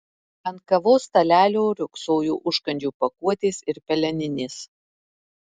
ant kavos stalelio riogsojo užkandžių pakuotės ir peleninės